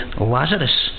Lazarus